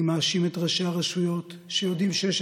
אני מאשים את ראשי הרשויות שיודעים שיש